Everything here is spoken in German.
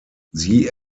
sie